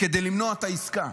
כדי למנוע את העסקה.